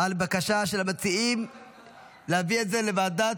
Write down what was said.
על בקשת המציעים להעביר את זה לוועדת?